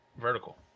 vertical